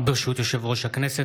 ברשות יושב-ראש הכנסת,